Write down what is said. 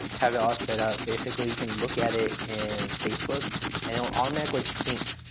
it's had it all set up. basically you can look at it in facebook and it will automatically sync,